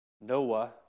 Noah